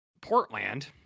Portland